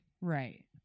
Right